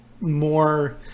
more